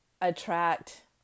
attract